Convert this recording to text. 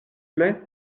plaît